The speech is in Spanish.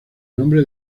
nombre